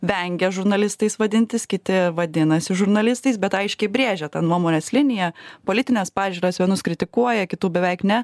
vengia žurnalistais vadintis kiti vadinasi žurnalistais bet aiškiai brėžia tą nuomonės liniją politines pažiūras vienus kritikuoja kitų beveik ne